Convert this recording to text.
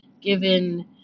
given